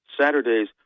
Saturday's